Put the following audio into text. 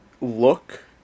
look